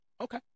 Okay